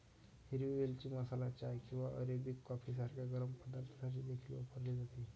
हिरवी वेलची मसाला चाय किंवा अरेबिक कॉफी सारख्या गरम पदार्थांसाठी देखील वापरली जाते